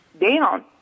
down